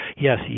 Yes